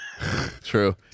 True